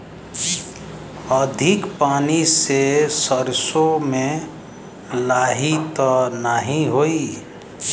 अधिक पानी से सरसो मे लाही त नाही होई?